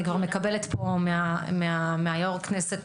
אני כבר מקבלת פה מיו"ר הכנסת,